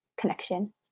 connection